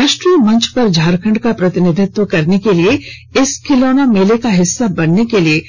राष्ट्रीय मंच पर झारखंड का प्रतिनिधित्व करने के लिए इस खिलौने मेले का हिस्सा बनने के लिए